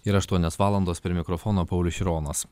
yra aštuonios valandos prie mikrofono paulius šironas